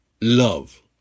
love